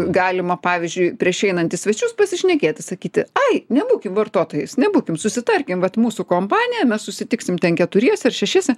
galima pavyzdžiui prieš einant į svečius pasišnekėti sakyti ai nebūkim vartotojais nebūkim susitarkim vat mūsų kompanija mes susitiksim ten keturiese ar šešiese